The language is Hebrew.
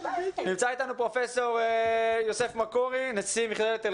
פרופסור יוסף מקורי, נשיא מכללת תל